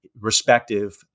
respective